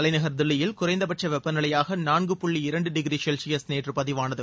தலைநகர் தில்லியில் குறைந்தபட்ச வெப்பநிலையாக நான்கு புள்ளி இரண்டு டிகிரி செல்சியஸ் நேற்று பதிவானது